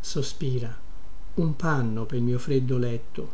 sospiraun panno pel mio freddo letto